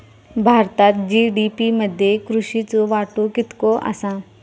भारतात जी.डी.पी मध्ये कृषीचो वाटो कितको आसा?